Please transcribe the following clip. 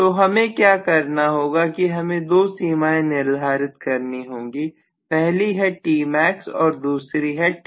तो हमें क्या करना होगा कि हमें दो सीमाएं निर्धारित करनी होंगी पहली है Tmax और दूसरी है Tmin